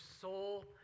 soul